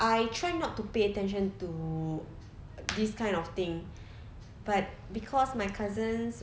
I try not to pay attention to this kind of things but cause my cousins